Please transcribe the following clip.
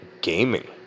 gaming